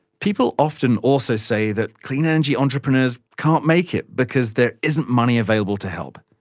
people often also say that clean energy entrepreneurs can't make it because there isn't money available to help.